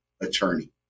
attorney